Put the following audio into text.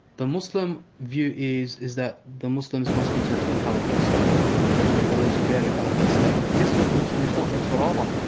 the muslim view is is that the muslims must return to a caliphate state or at least create a caliphate state. this is what the muslims want, that's what i want.